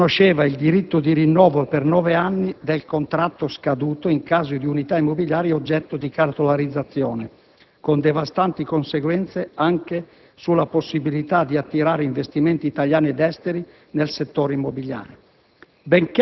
riconosceva il diritto di rinnovo per nove anni del contratto scaduto in caso di unità immobiliari oggetto di cartolarizzazione, con devastanti conseguenze anche sulla possibilità di attirare investimenti italiani ed esteri nel settore immobiliare.